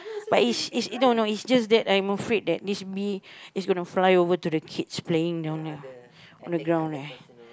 but is is no no is just that I'm afraid that this bee is gonna fly over to the kids playing down here on the ground ya